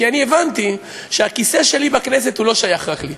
כי אני הבנתי שהכיסא שלי בכנסת לא שייך רק לי,